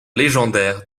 légendaire